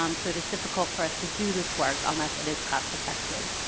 um so it is difficult for us to do this work unless it is cost effective.